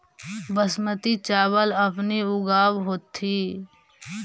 बासमती चाबल अपने ऊगाब होथिं?